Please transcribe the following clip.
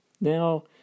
Now